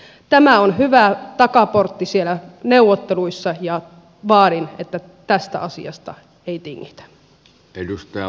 tämä on hyvä takaportti siellä neuvotteluissa ja vaadin että tästä asiasta ei tingitä